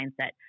mindset